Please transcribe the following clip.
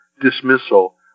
dismissal